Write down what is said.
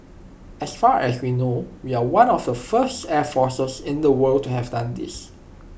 as far as we know we are one of the first air forces in the world to have done this